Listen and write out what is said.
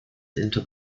into